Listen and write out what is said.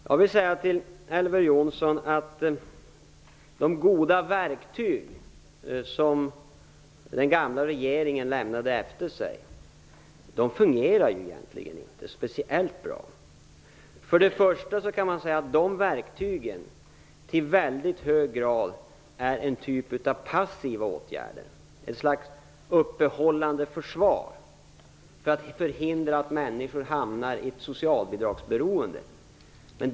Jag vill säga till Elver Jonsson att de goda verktyg som den gamla regeringen lämnade efter sig inte fungerar speciellt bra. De består till att börja med i mycket hög grad av passiva åtgärder, ett slags uppehållande försvar för att förhindra att människor hamnar i ett socialbidragsberoende.